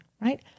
Right